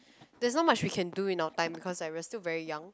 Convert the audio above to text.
that's not much we can do in our time because we are still very young